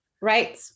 Right